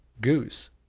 goose